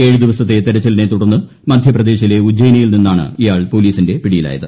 ഏഴു ദിവസത്തെ തെരച്ചിലിനെ തുടർന്ന് മധ്യപ്രദേശിലെ ഉജ്ജയിനിൽ നിന്നാണ് ഇയാൾ പോലീസിന്റെ പിടിയിലായത്